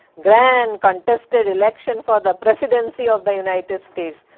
igrand contested election for the presidency of the united states.